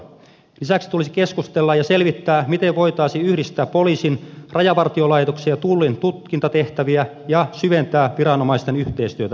lisäksi tulisi keskustella ja selvittää miten voitaisiin yhdistää poliisin rajavartiolaitoksen ja tullin tutkintatehtäviä ja syventää viranomaisten yhteistyötä niissä